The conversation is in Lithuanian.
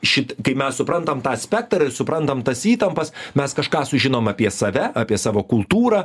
šit kai mes suprantam tą spektrą ir suprantam tas įtampas mes kažką sužinom apie save apie savo kultūrą